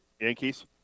Yankees